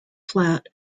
flat